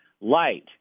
light